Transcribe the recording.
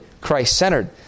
Christ-centered